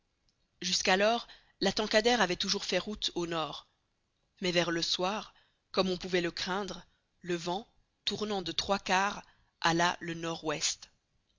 jusqu'alors la tankadère avait toujours fait route au nord mais vers le soir comme on pouvait le craindre le vent tournant de trois quarts hâla le nord-ouest